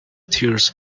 tears